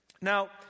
Now